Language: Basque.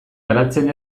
garatzen